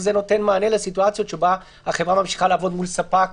זה נותן מענה לסיטואציה שבה החברה ממשיכה לעבוד מול ספק